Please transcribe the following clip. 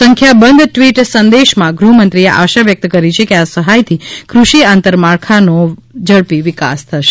સંખ્યાબંધ ટવીટ સંદેશમાં ગૃહમંત્રીએ આશા વ્યકત કરી છે કે આ સહાયથી કૃષિ આંતરમાળખાનો ઝડપી વિકાસ થશે